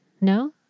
No